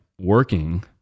working